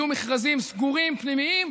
יהיו מכרזים סגורים פנימיים,